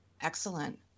Excellent